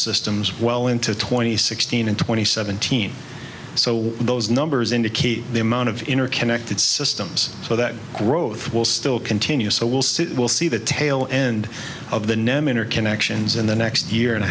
systems well into twenty sixteen and twenty seventeen so those numbers indicate the amount of interconnected systems so that growth will still continue so we'll see we'll see the tail end of the name interconnections in the next year and a